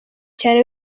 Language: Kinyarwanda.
cyane